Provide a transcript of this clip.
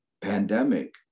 pandemic